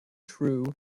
true